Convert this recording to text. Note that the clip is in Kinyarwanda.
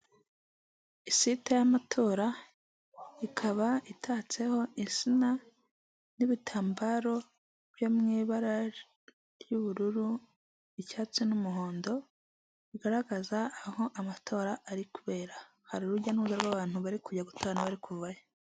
Isite y'amatora ikaba itatseho insina n'ibitambaro byo mu ibara ry'ubururu, icyatsi n'umuhondo; bigaragaza aho amatora ari kubera; hari urujya n'uruza rw'abantu bari kujya gutora n'abari kuvayo.